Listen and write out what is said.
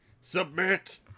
submit